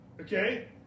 Okay